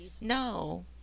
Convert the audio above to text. No